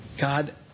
God